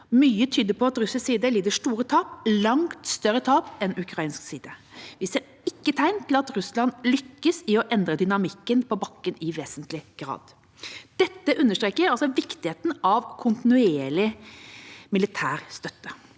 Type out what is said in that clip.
Mye tyder på at russisk side lider store tap – langt større tap enn ukrainsk side. Vi ser ikke tegn til at Russland lykkes i å endre dynamikken på bakken i vesentlig grad. Dette understreker viktigheten av kontinuerlig militær støtte.